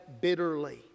bitterly